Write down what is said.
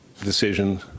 decision